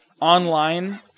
online